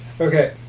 Okay